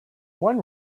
one